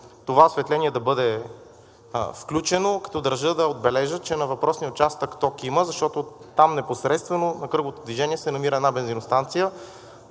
това осветление да бъде включено, като държа да отбележа, че на въпросния участък ток има. Защото там непосредствено на кръговото движение се намира една бензиностанция,